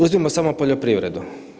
Uzmimo samo poljoprivredu.